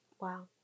Wow